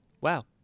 wow